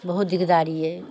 बहुत दिकदारी अहि